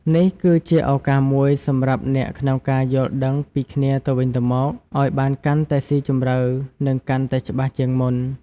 នេះគឺជាឱកាសមួយសម្រាប់អ្នកក្នុងការយល់ដឹងពីគ្នាទៅវិញទៅមកឱ្យបានកាន់តែស៊ីជម្រៅនិងកាន់តែច្បាស់ជាងមុន។